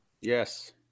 yes